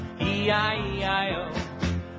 E-I-E-I-O